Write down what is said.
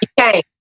Okay